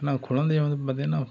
ஆனால் குழந்தை வந்து பார்த்திங்கன்னா